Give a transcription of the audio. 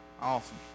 awesome